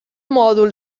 mòdul